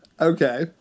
Okay